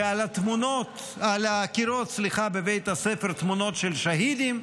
ועל הקירות בבית הספר תמונות של שהידים,